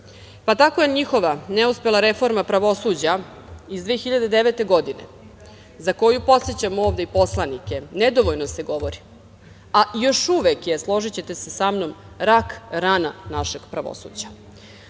Tako je njihova neuspela reforma pravosuđa iz 2009. godine, o kojoj se, podsećam ovde i poslanike, nedovoljno govori, a još uvek je, složićete se sa mnom, rak rana našeg pravosuđa. Da